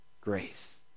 grace